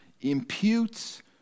imputes